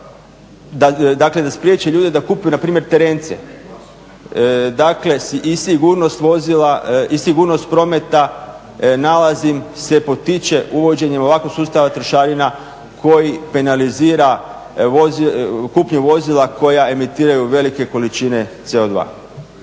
dakle da spriječe ljude da kupuju npr. terence. Dakle i sigurnost vozila i sigurnost prometa nalazim se potiče uvođenju ovakvog sustava trošarina koji penalizira kupnju vozila koja emitiraju velike količine CO2.